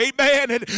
amen